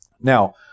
Now